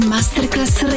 Masterclass